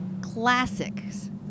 classics